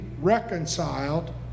reconciled